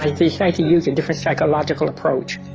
i decided to use a different psychological approach.